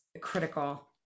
critical